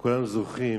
כולנו זוכרים